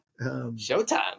Showtime